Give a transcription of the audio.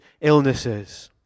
illnesses